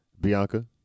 Bianca